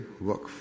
work